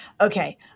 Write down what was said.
Okay